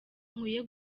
nkwiye